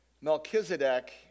Melchizedek